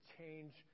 change